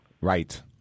Right